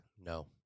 No